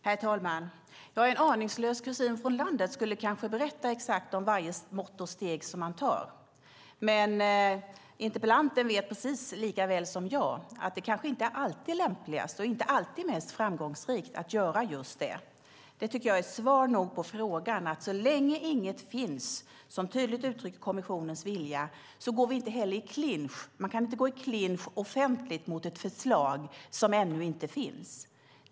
Herr talman! En aningslös kusin från landet skulle kanske berätta exakt varje mått och steg man tar, men interpellanten vet precis lika väl som jag att det kanske inte alltid är lämpligast och inte alltid mest framgångsrikt att göra just det. Det tycker jag är svar nog på frågan: Så länge inget finns som tydligt uttrycker kommissionens vilja går vi inte heller i clinch. Man kan inte gå i clinch offentligt mot ett förslag som ännu inte finns.